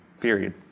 Period